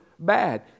bad